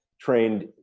trained